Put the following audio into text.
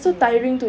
ya